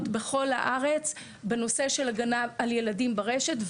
בכל הארץ בנושא של הגנה על ילדים ברשת.